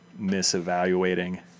misevaluating